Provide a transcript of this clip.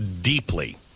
deeply